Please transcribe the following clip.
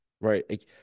right